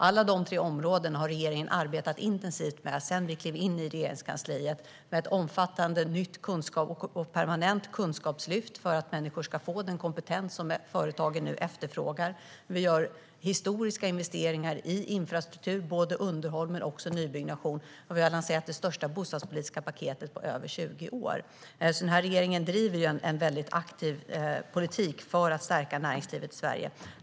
Alla de tre områdena har vi i regeringen arbetat intensivt med sedan vi klev in i Regeringskansliet. Vi arbetar med ett nytt omfattande och permanent kunskapslyft för att människor ska få den kompetens som företagen efterfrågar. Vi gör historiska investeringar i infrastruktur, både underhåll och nybyggnation, och vi har lanserat det största bostadspolitiska paketet på över 20 år. Den här regeringen bedriver alltså en väldigt aktiv politik för att stärka näringslivet i Sverige.